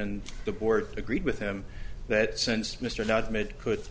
and the board agreed with him that since mr not made could